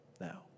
Now